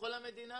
לכל המדינה,